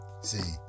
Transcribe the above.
See